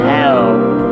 help